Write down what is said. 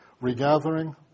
regathering